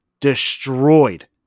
destroyed